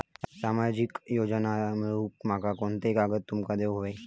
सामाजिक योजना मिलवूक माका कोनते कागद तुमका देऊक व्हये?